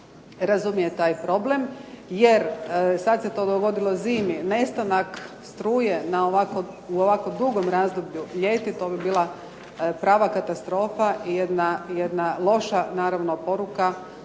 razumije taj problem, jer sad se dogodilo zimi, nestanak struje u ovako dugom razdoblju ljeti to bi bila prava katastrofa i jedna loša naravno poruka